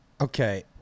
Okay